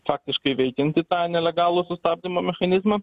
faktiškai veikiantį tą nelegalų sustabdymo mechanizmą